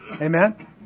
Amen